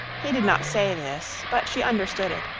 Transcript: he did not say this, but she understood it,